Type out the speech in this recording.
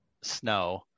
snow